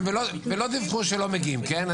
ולא דיווחו שלא מגיעים, כן?